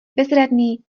bezradný